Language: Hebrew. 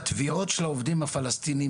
בתביעות השכר של העובדים הפלסטינים,